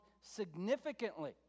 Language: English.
significantly